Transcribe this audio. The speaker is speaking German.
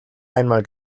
einmal